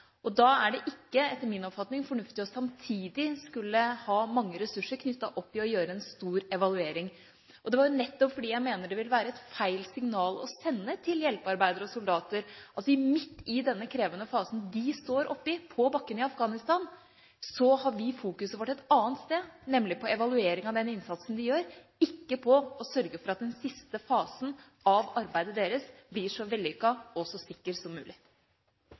og tid. Da er det etter min oppfatning ikke fornuftig å samtidig skulle ha mange ressurser knyttet opp til å gjøre en stor evaluering. Det er nettopp fordi jeg mener det ville være et feil signal å sende til hjelpearbeidere og soldater: Midt i den krevende fasen de står oppe i på bakken i Afghanistan, har vi oppmerksomheten vår et annet sted, nemlig på evaluering av den innsatsen de gjør, ikke på å sørge for at den siste fasen av arbeidet deres blir så vellykket og så sikker som mulig.